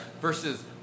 versus